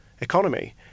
economy